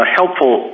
helpful